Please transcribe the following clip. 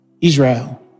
Israel